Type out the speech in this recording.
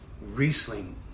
Riesling